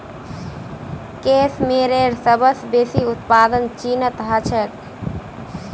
case मेयरेर सबस बेसी उत्पादन चीनत ह छेक